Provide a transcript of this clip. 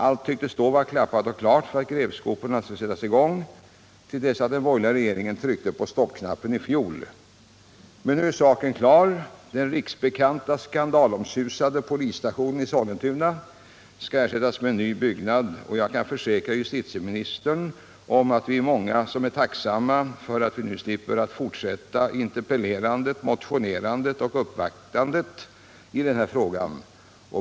Allt tycktes då vara klappat och klart för att grävskoporna skulle sättas i gång, till dess att den borgerliga regeringen tryckte på stoppknappen i fjol. Men nu är saken klar. Den riksbekanta skandalomsusade polisstationen i Sollentuna skall ersättas med en ny byggnad. Jag kan försäkra justitieministern om att vi är många som är tacksamma för att vi nu slipper fortsätta interpellerandet, motionerandet och uppvaktandet i den här frågan.